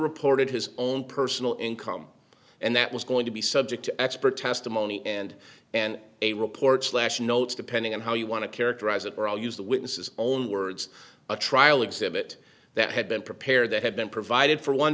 reported his own personal income and that was going to be subject to expert testimony and and a report slash notes depending on how you want to characterize it were used the witnesses own words a trial exhibit that had been prepared that had been provided for one